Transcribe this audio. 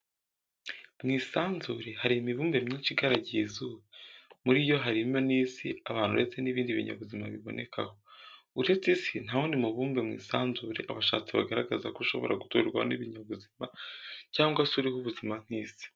Mu isanzure hari imibumbe myinshi igaragiye izuba, muri yo harimo n'Isi abantu ndetse n'ibindi binyabuzima bibonekaho. Uretse Isi nta wundi mu bumbe mu isanzure abashakashatsi baragaragaza ko ushobora guturwaho n'ibinyabuzima cyangwa se uriho ubuzima nk'Isi.